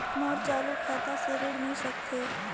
मोर चालू खाता से ऋण मिल सकथे?